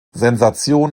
sensation